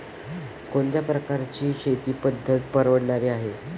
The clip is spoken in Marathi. कोणत्या प्रकारची शेती पद्धत परवडणारी आहे?